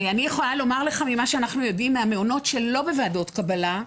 אני יכולה לומר לך ממה שאנחנו יודעים מהמעונות שלא בוועדות קבלה.